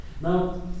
Now